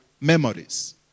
memories